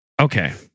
Okay